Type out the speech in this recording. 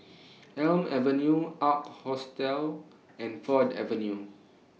Elm Avenue Ark Hostel and Ford Avenue